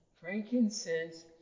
Frankincense